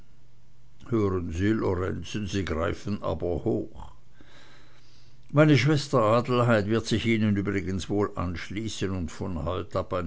hören sie lorenzen sie greifen aber hoch meine schwester adelheid wird sich ihnen übrigens wohl anschließen und von heut ab